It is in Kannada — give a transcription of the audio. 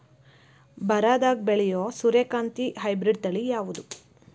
ಬರದಾಗ ಬೆಳೆಯೋ ಸೂರ್ಯಕಾಂತಿ ಹೈಬ್ರಿಡ್ ತಳಿ ಯಾವುದು?